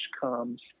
comes